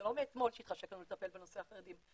זה לא מאתמול שהתחשק לנו לטפל בנושא החרדים,